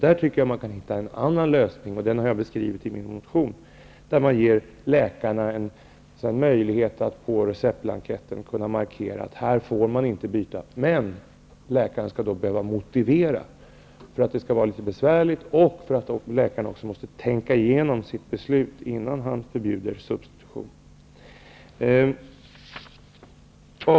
Där borde man kunna hitta en annan lösning. Jag har beskrivit en sådan i min motion där man ger läkarna en möjlighet att på receptblanketten markera att man här inte får byta läkemedel. För att göra det litet besvärligt skall läkaren behöva motivera detta, men också för att läkaren då måste tänka igenom sitt beslut innan han förbjuder substitution. Fru talman!